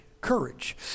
courage